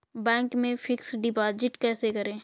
Bank में fix deposit कैसे करें?